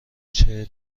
چهل